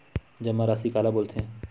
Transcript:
जमा राशि काला बोलथे?